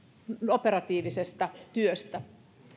operatiivisesta työstä